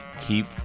keep